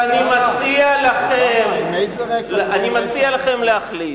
ואני מציע לכם להחליט.